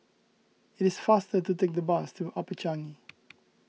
it is faster to take the bus to Upper Changi